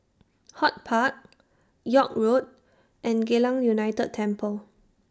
HortPark York Road and Geylang United Temple